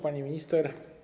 Pani Minister!